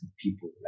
people